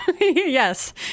Yes